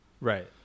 Right